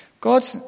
God